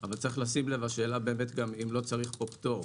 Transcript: אבל השאלה אם לא צריך פה פטור,